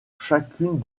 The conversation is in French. chacune